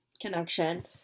connection